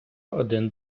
один